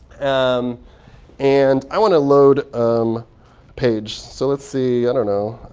um and i want to load um page. so let's see, i don't know,